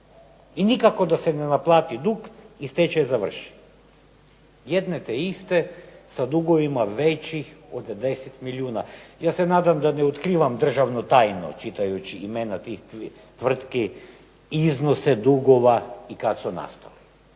i nikako da se ne naplati dug i stečaj završi. Jedne te iste, sa dugovima većim od 10 milijuna. Ja se nadam da ne otkrivam državnu tajnu čitajući imena tih tvrtki i iznose dugova i kad su nastali.